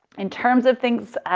in terms of things, er,